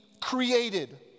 created